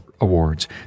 Awards